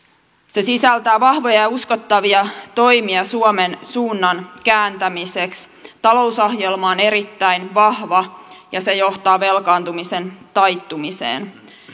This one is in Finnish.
se sisältää vahvoja ja uskottavia toimia suomen suunnan kääntämiseksi talousohjelma on erittäin vahva ja se johtaa velkaantumisen taittumiseen